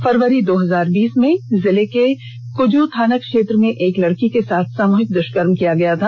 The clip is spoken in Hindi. फरवरी दो हजार बीस में जिले के कुजू थाना क्षेत्र में एक लड़की के साथ सामूहिक दुष्कर्म किया गया था